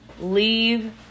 Leave